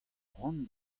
cʼhoant